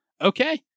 Okay